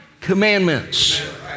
commandments